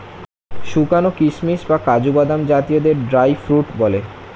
শুকানো কিশমিশ বা কাজু বাদাম জাতীয়দের ড্রাই ফ্রুট বলে